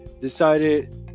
decided